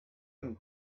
and